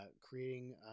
creating